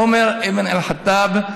עומר בן אל-ח'טאב.